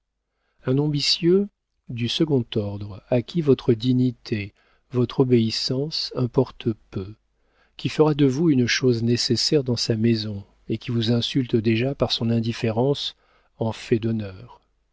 un ambitieux du second ordre à qui votre dignité votre obéissance importent peu qui fera de vous une chose nécessaire dans sa maison et qui vous insulte déjà par son indifférence en fait d'honneur